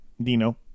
Dino